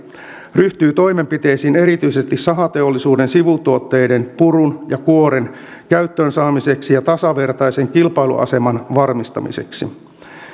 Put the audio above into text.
ryhtyy toimenpiteisiin erityisesti sahateollisuuden sivutuotteiden purun ja kuoren käyttöön saamiseksi ja tasavertaisen kilpailuaseman varmistamiseksi